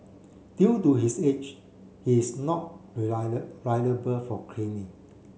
due to his age he is not liable for craning